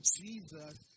Jesus